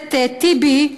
הכנסת טיבי,